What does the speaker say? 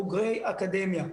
בוגרי אקדמיה,